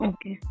Okay